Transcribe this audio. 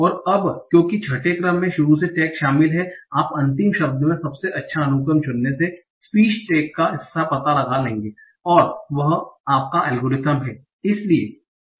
और अब क्योंकि छठे क्रम में शुरू से टैग शामिल है आप अंतिम शब्द में सबसे अच्छा अनुक्रम चुनने से स्पीच टैग का हिस्सा पता लगा लेंगे और वह आपका एल्गोरिथ्म है